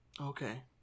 okay